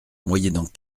moyennant